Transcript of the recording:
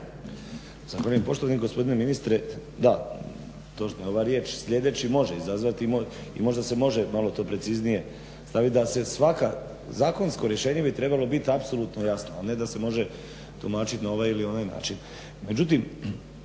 Zahvaljujem. Poštovani gospodine ministre, da točna je ova riječ. Sljedeći može izazvati i možda se može malo to preciznije staviti da se svaka, zakonsko rješenje bi trebalo biti apsolutno jasno, a ne da se može tumačiti na ovaj ili onaj način.